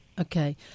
Okay